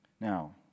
Now